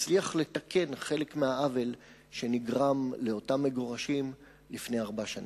ותצליח לתקן חלק מהעוול שנגרם לאותם מגורשים לפני ארבע שנים.